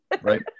right